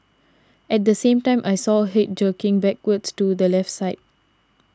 at the same time I saw head jerking backwards to the left side